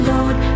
Lord